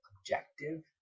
objective